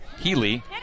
Healy